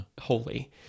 holy